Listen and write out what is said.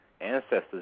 ancestors